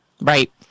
Right